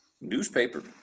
newspaper